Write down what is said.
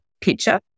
picture